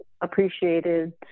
appreciated